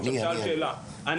את שאלת שאלה,